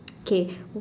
okay